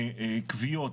בכוויות,